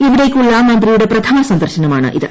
ഇവിടേയ്ക്കുള്ള മന്ത്രിയുടെ പ്രഥമ സന്ദർശനമാണിത്